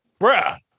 Bruh